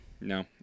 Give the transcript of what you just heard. No